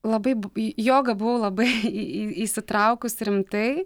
labai į jogą buvau labai į į įsitraukus rimtai